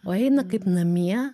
o eina kaip namie